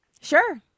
Sure